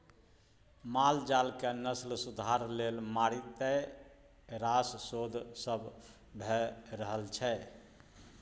माल जालक नस्ल सुधार लेल मारिते रास शोध सब भ रहल छै